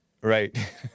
Right